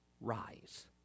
rise